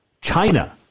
China